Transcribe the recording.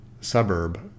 suburb